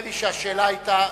נדמה לי שהשאלה היתה,